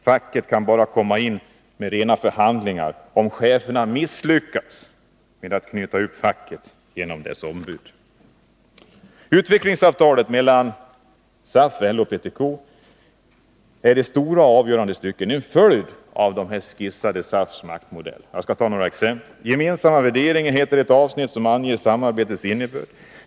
Facket kan då bara komma in med sina förhandlingar, om cheferna misslyckas med att knyta upp facket genom dess ombud. Utvecklingsavtalet mellan SAF och LO/PTK är i stora och avgörande stycken en följd av SAF:s maktmodell. Jag skall ta några exempel. ”Gemensamma värderingar” heter ett avsnitt som anger samarbetets innebörd.